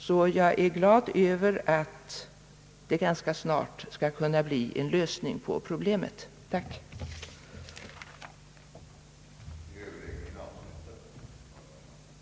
Jag är därför glad över att det ganska snart skall kunna bli en lösning på problemet och tackar än en gång för svaret.